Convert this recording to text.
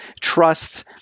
trust